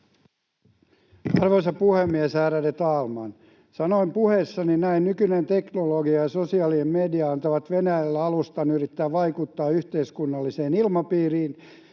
Arvoisa puhemies, ärade talman! Sanoin puheessani näin: ”Nykyinen teknologia ja sosiaalinen media antavat Venäjälle alustan yrittää vaikuttaa yhteiskunnalliseen ilmapiiriin